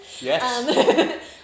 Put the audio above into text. Yes